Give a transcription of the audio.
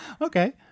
Okay